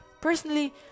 Personally